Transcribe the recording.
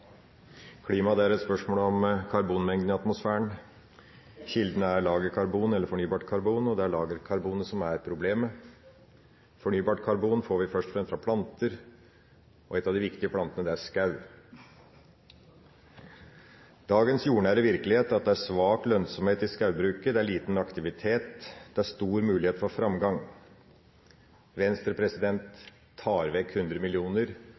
Klima er et spørsmål om karbonmengden i atmosfæren. Kilden er lagerkarbon eller fornybart karbon, og det er lagerkarbonet som er problemet. Fornybart karbon får vi først og fremst fra planter, og en av de viktige plantene er skog. Dagens jordnære virkelighet er at det er svak lønnsomhet i skogbruket, det er liten aktivitet, det er stor mulighet for framgang. Venstre tar vekk 100